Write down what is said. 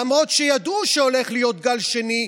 למרות שידעו שהולך להיות גל שני,